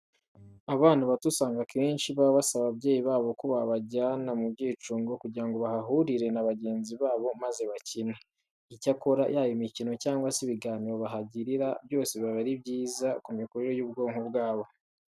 Abana bato usanga akenshi baba basaba ababyeyi babo ko babajyana mu byicungo kugira ngo bahahurire na bagenzi babo maze bakine. Icyakora, yaba imikino cyangwa se ibiganiro bahagirira byose biba ari byiza ku mikurire y'ubwonko bwabo.